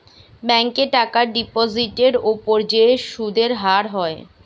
ব্যাংকে টাকার ডিপোজিটের উপর যে সুদের হার হয়